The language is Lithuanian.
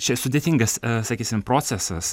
čia sudėtingas sakysim procesas